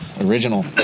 Original